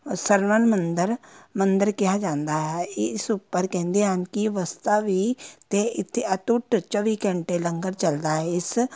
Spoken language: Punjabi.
ਸਵਰਨ ਮੰਦਰ ਮੰਦਰ ਕਿਹਾ ਜਾਂਦਾ ਹੈ ਇਸ ਉੱਪਰ ਕਹਿੰਦੇ ਹਨ ਕਿ ਅਵਸਥਾ ਵੀ ਅਤੇ ਇੱਥੇ ਅਟੁੱਟ ਚੌਵੀ ਘੰਟੇ ਲੰਗਰ ਚਲਦਾ ਹੈ ਇਸ